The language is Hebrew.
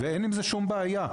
אין עם זה שום בעיה.